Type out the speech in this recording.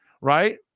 right